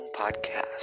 podcast